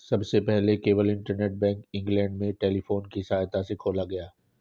सबसे पहले केवल इंटरनेट बैंक इंग्लैंड में टेलीफोन की सहायता से खोला गया